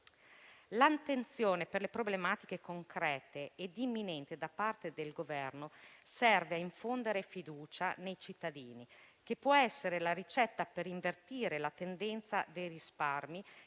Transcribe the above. L'attenzione per le problematiche concrete e imminenti da parte del Governo serve a infondere fiducia nei cittadini e può essere la ricetta per invertire la tendenza dei risparmi